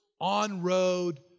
on-road